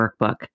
Workbook